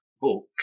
book